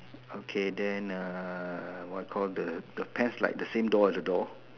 okay then err what call the the pants like the same door as the door